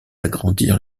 agrandir